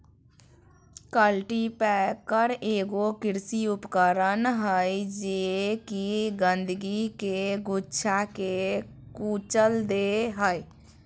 cultipacker एगो कृषि उपकरण हइ जे कि गंदगी के गुच्छा के कुचल दे हइ